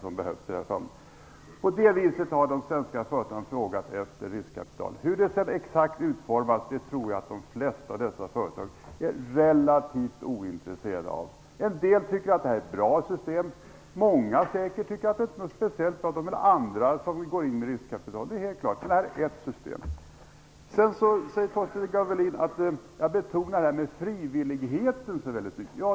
På det viset har de svenska företagen frågat efter riskkapital. Hur det sedan utformas exakt tror jag att de flesta företag är relativt ointresserade av. En del tycker att detta är ett bra system, medan många säkert tycker att det inte är speciellt bra och vill att andra skall gå in med riskkapital. Detta är bara ett system. Torsten Gavelin sade att jag betonade frivilligheten så mycket.